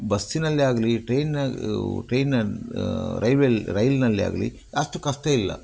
ಬಸ್ಸಿನಲ್ಲೇ ಆಗಲಿ ಟ್ರೈನ್ನ ಟ್ರೈನ್ನ ರೈಲ್ವೇ ರೈಲ್ನಲ್ಲೇ ಆಗಲಿ ಅಷ್ಟು ಕಷ್ಟ ಇಲ್ಲ